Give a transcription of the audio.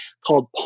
called